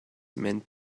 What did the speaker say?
meant